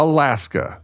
Alaska